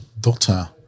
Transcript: daughter